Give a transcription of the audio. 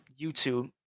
YouTube